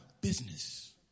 business